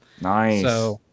Nice